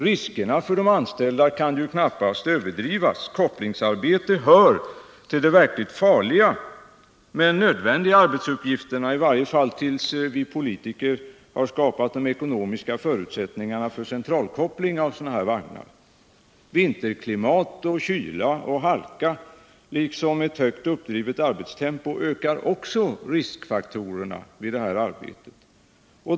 Riskerna för de anställda kan ju knappast överdrivas. Kopplingsarbetet hör till de verkligt farliga men nödvändiga arbetsuppgifterna, i varje fall tills vi politiker har skapat de ekonomiska förutsättningarna för centralkoppling av sådana här vagnar. Även vinterklimat, kyla och halka liksom ett högt uppdrivet arbetstempo ökar riskfaktorerna i det här arbetet.